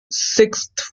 sixth